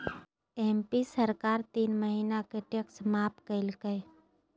MP सरकार तीन महीना के टैक्स माफ कइल कय